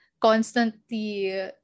constantly